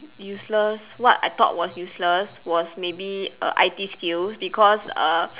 useless what I thought was useless was maybe err I_T skills because err